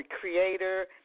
creator